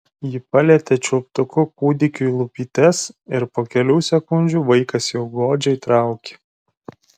ji palietė čiulptuku kūdikiui lūpytes ir po kelių sekundžių vaikas jau godžiai traukė